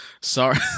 sorry